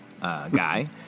guy